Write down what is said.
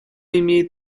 имеет